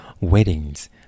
weddings